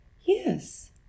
Yes